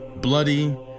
bloody